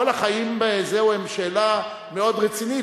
כל החיים בה הם שאלה מאוד רצינית,